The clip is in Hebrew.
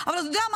תהיה